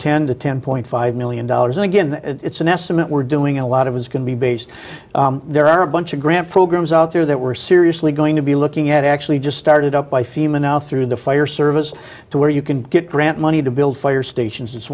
ten to ten point five million dollars and again it's an estimate we're doing a lot of his can be based there are a bunch of grant programs out there that we're seriously going to be looking at actually just started up by fema now through the fire service to where you can get grant money to build fire stations it's